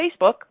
Facebook